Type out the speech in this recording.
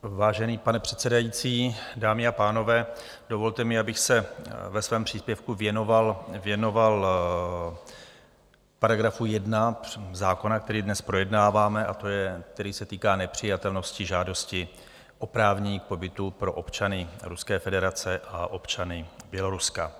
Vážený pane předsedající, dámy a pánové, dovolte mi, abych se ve svém příspěvku věnoval § 1 zákona, který dnes projednáváme, který se týká nepřijatelnosti žádosti oprávnění k pobytu pro občany Ruské federace a občany Běloruska.